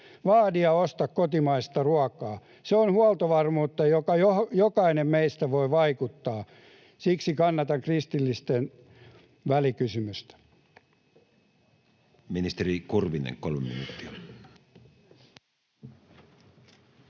Vaadi ja osta kotimaista ruokaa — se on huoltovarmuutta, johon jokainen meistä voi vaikuttaa. Siksi kannatan kristillisten välikysymystä.